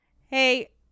Hey